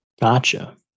Gotcha